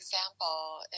example